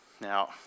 Now